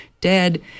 dead